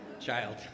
child